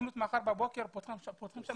הסוכנות מחר בבוקר פותחת שם סניף.